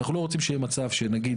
אנחנו לא רוצים שיהיה מצב שנגיד,